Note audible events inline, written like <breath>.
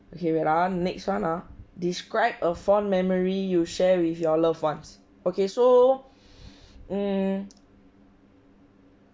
okay wait ah next one ah describe a fond memory you share with your loved ones okay so <breath> um